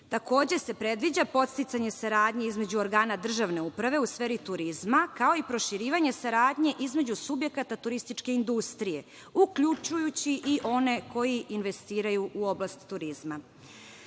Takođe se predviđa podsticanje saradnje između organa državne uprave u sferi turizma, kao i proširivanje saradnje između subjekata turističke industrije, uključujući i one koji investiraju u oblast turizam.